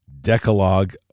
Decalogue